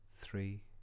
three